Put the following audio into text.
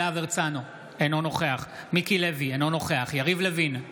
אינו נוכח מיקי לוי, אינו נוכח יריב לוין,